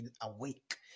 awake